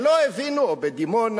או בדימונה,